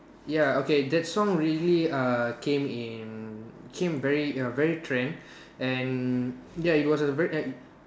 ya okay that song really uh came in came err very very trend and ya it was a very